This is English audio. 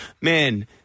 man